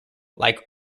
like